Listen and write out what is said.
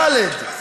יואל, עדיף